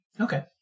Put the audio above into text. Okay